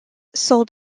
sold